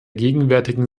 gegenwärtigen